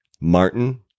Martin